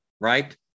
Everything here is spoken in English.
right